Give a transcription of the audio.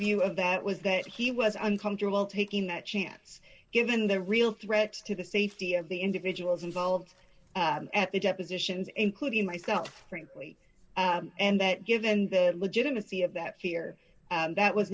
view of that was that he was uncomfortable taking that chance given the real threat to the safety of the individuals involved at the depositions including myself frankly and that given their legitimacy of that fear and that was